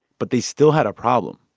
but they still had a problem.